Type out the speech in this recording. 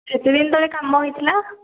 କେତେ ଦିନ ତଳେ କାମ ହୋଇଥିଲା